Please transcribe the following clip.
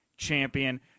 champion